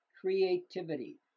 creativity